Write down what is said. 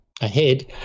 ahead